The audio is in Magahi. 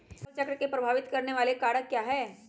फसल चक्र को प्रभावित करने वाले कारक क्या है?